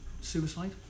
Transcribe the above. suicide